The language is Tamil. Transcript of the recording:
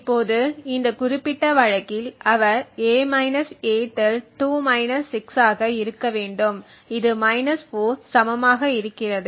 இப்போது இந்த குறிப்பிட்ட வழக்கில் அவர் a a 2 6 ஆக இருக்க வேண்டும் இது 4 சமமாக இருக்கிறது